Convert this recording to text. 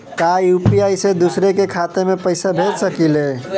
का यू.पी.आई से दूसरे के खाते में पैसा भेज सकी ले?